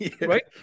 right